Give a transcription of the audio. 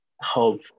hope